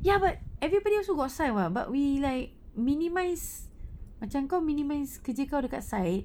ya but everybody also got site [what] but we like minimise macam kau minimise kerja kau dekat site